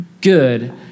good